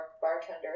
bartender